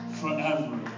forever